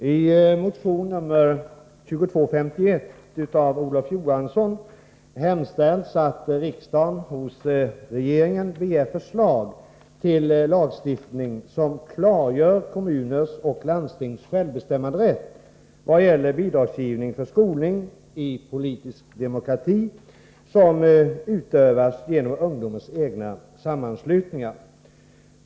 Herr talman! I motion nr 2251 av Olof Johansson hemställs att riksdagen hos regeringen begär förslag till lagstiftning som klargör kommuners och landstings självbestämmanderätt vad gäller bidragsgivning för skolning i politisk demokrati som utövas genom ungdomens egna sammanslutningar.